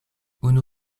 unu